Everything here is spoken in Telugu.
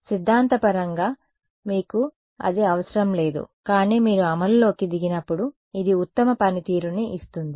సిద్ధాంతపరంగా మీకు ఇది అవసరం లేదు కానీ మీరు అమలు లోకి దిగినప్పుడు ఇది ఉత్తమ పనితీరును ఇస్తుంది